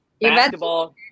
Basketball